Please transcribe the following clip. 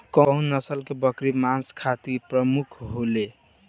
कउन नस्ल के बकरी मांस खातिर प्रमुख होले?